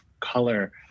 color